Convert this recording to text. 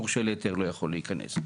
מורשה להיתר לא יכול להיכנס.